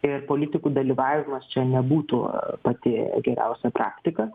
ir politikų dalyvavimas čia nebūtų pati geriausia praktika